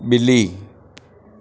ॿिली